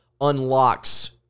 unlocks